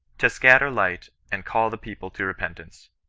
to scatter light and call the people to repentance.